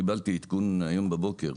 קיבלתי עדכון היום בבוקר,